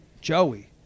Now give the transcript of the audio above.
Joey